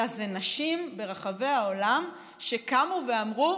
אלא זה נשים ברחבי העולם שקמו ואמרו: